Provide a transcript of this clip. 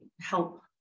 help